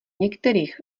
některých